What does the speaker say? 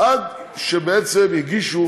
עד שהגישו